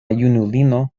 junulino